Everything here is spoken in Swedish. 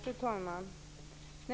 Fru talman!